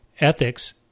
Ethics